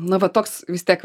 na va toks vis tiek